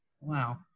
Wow